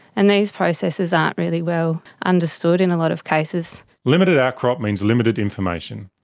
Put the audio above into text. and these processes aren't really well understood in a lot of cases. limited outcrop means limited information,